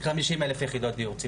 50 אלף יח' דיור ציבורי,